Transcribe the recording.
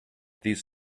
these